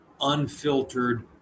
unfiltered